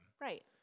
Right